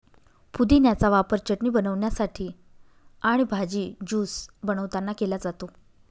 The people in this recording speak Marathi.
पुदिन्याचा वापर चटणी बनवण्यासाठी आणि भाजी, ज्यूस बनवतांना केला जातो